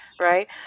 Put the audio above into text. Right